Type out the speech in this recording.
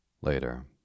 Later